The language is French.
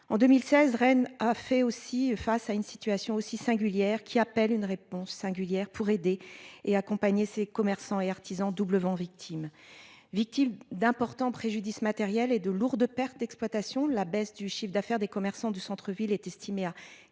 en 2016, Rennes a fait aussi face à une situation aussi singulière qui appelle une réponse singulière pour aider et accompagner ces commerçants et artisans doublement victime, victime d'importants préjudices matériels et de lourdes pertes d'exploitation. La baisse du chiffre d'affaires des commerçants du centre-ville est estimé à